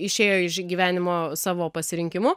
išėjo iš gyvenimo savo pasirinkimu